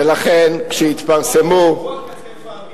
ולכן, כשיתפרסמו, הוא הכתף האמיתית.